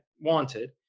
wanted